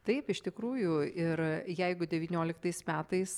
taip iš tikrųjų ir jeigu devynioliktais metais